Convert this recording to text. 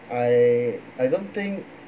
I I don't think